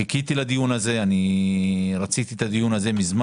חיכיתי לדיון הזה ומזמן רציתי שיתקיים.